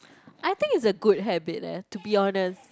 I think is a good habit leh to be honest